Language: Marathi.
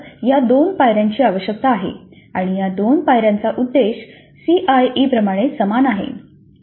तर फक्त या दोन पायऱ्यांची आवश्यकता आहे आणि या दोन पायर्यांचा उद्देश सीआयई प्रमाणे समान आहे